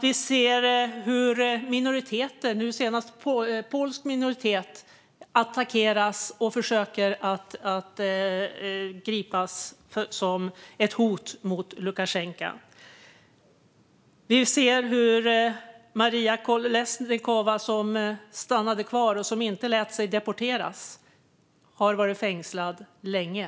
Vi ser hur man nu attackerar och försöker gripa minoriteter, nu senast en polsk minoritet, som ett hot mot Lukasjenko. Maria Kolesnikova, som stannade kvar och inte lät sig deporteras, har varit fängslad länge.